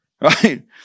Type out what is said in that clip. right